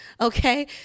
Okay